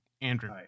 andrew